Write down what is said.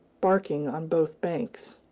barking on both banks.